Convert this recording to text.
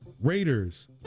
Raiders